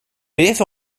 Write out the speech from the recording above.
beth